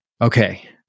Okay